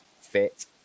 fit